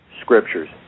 scriptures